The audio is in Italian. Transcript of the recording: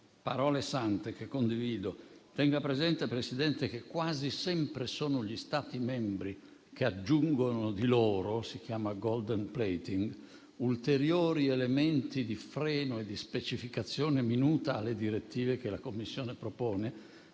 parole sante che condivido. Tenga presente, signora Presidente del Consiglio, che quasi sempre sono gli Stati membri che aggiungono di loro (si chiama *gold plating)* ulteriori elementi di freno e di specificazione minuta alle direttive che la Commissione propone,